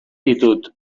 ditut